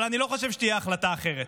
אבל אני לא חושב שתהיה החלטה אחרת.